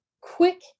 quick